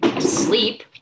sleep